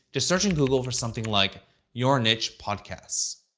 just search in google for something like your niche podcasts.